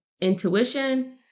intuition